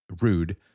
rude